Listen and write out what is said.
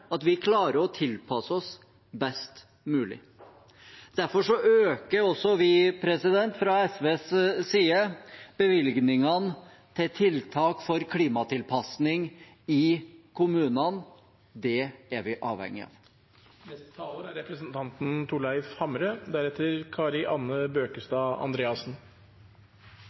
at vi klarer å tilpasse oss best mulig. Derfor øker også vi fra SVs side bevilgningene til tiltak for klimatilpasning i kommunene. Det er vi avhengig